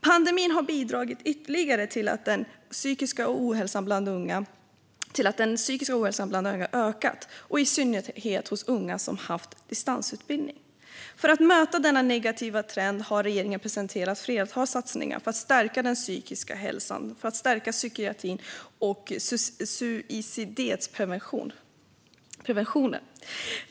Pandemin har bidragit ytterligare till att den psykiska ohälsan bland unga ökat, i synnerhet hos unga som haft distansutbildning. För att möta denna negativa trend har regeringen presenterat ett flertal satsningar för att stärka den psykiska hälsan, psykiatrin och suicidpreventionen.